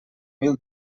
mil